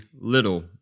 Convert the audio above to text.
little